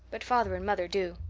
but father and mother do.